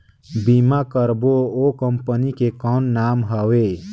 बीमा करबो ओ कंपनी के कौन नाम हवे?